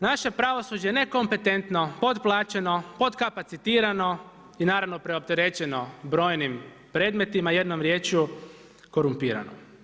Naše pravosuđe je nekompetentno, podplaćeno, podkapacitirano i naravno preopterećeno brojnim predmetima, jednom riječju korumpirano.